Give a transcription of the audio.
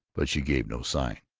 but she gave no sign.